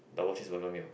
Double Cheeseburger meal